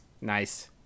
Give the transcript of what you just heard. Nice